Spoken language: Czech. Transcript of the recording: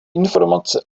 informace